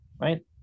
right